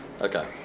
okay